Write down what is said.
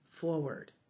forward